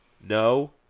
No